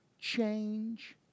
change